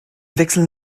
wechsel